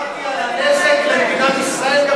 דיברתי על הנזק למדינת ישראל.